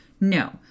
No